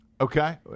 Okay